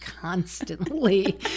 constantly